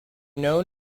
known